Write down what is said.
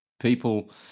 people